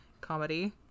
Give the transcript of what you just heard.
comedy